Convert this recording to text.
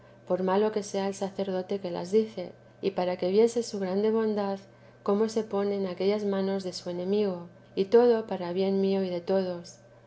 por malo que sea el sacerdote que las dice y para que viese su gran bondad cómo se pone en aquellas manos de su enemigo y todo para bien mío y de todos